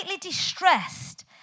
distressed